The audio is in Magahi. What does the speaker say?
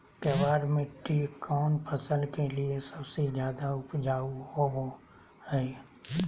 केबाल मिट्टी कौन फसल के लिए सबसे ज्यादा उपजाऊ होबो हय?